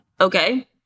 okay